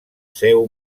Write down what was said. seu